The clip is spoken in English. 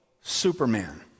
Superman